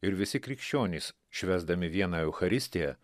ir visi krikščionys švęsdami vieną eucharistiją